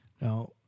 Now